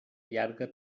llarga